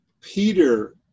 Peter